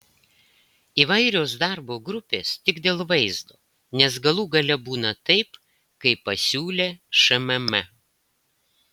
įvairios darbo grupės tik dėl vaizdo nes galų gale būna taip kaip pasiūlė šmm